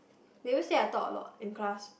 they always say I talk a lot in class